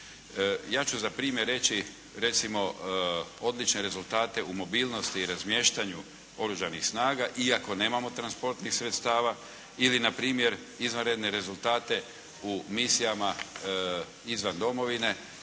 Ja ću za primjer reći recimo odlične rezultate u mobilnosti i razmještanju oružanih snaga iako nemamo transportnih sredstava ili na primjer izvanredne rezultate u misijama izvan domovine